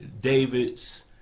David's